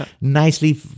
nicely